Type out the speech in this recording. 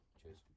cheers